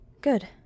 Good